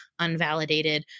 unvalidated